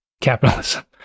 capitalism